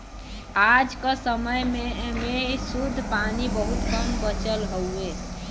आज क समय में शुद्ध पानी बहुत कम बचल हउवे